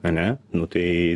ane nu tai